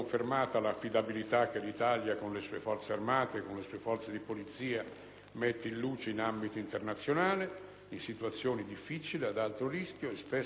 polizia ha in ambito internazionale in situazioni difficili, ad alto rischio, spesso drammatiche sia per le popolazioni che per i nostri operatori.